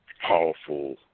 powerful